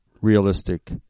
realistic